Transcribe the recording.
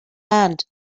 land